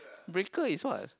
breaker is what